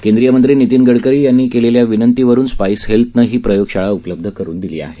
केंद्रीय मंत्री नितीन गडकरी यांनी केलेल्या विनंतीवरून स्पाईस हेल्थनं ही प्रयोगशाळा उपलब्ध करून दिली आहे